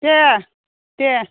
दे दे